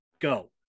go